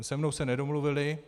Se mnou se nedomluvili.